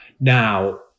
Now